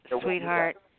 sweetheart